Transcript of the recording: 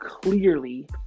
clearly